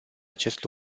acest